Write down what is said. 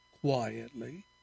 Quietly